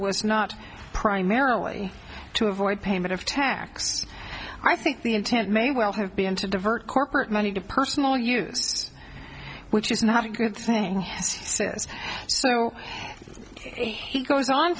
was not primarily to avoid payment of taxes i think the intent may well have been to divert corporate money to personal use which is not a good thing he says so he goes on